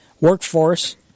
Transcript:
workforce